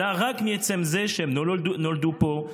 אלא רק מעצם זה שהם לא נולדו פה,